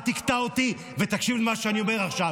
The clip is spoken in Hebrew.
אל תקטע אותי, ותקשיב למה שאני אומר עכשיו.